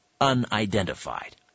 unidentified